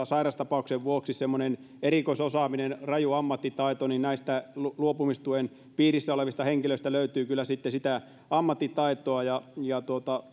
sairaustapauksien vuoksi semmoista erikoisosaamista rajua ammattitaitoa niin näistä luopumistuen piirissä olevista henkilöistä löytyy kyllä sitä ammattitaitoa ja ja